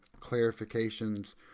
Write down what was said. clarifications